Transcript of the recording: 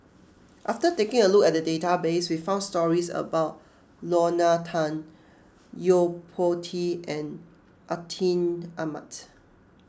after taking a look at the database we found stories about Lorna Tan Yo Po Tee and Atin Amat